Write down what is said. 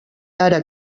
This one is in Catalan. ara